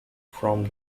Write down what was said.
from